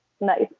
Nice